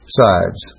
sides